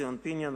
ציון פיניאן,